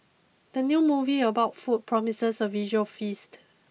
the new movie about food promises a visual feast